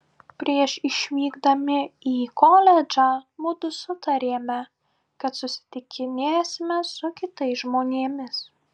prieš išvykdami į koledžą mudu sutarėme kad susitikinėsime su kitais žmonėmis